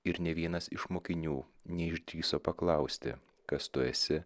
ir nė vienas iš mokinių neišdrįso paklausti kas tu esi